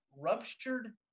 ruptured